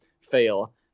fail